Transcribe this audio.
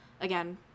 again